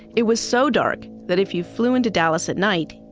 it was so dark that if you flew into dallas at night,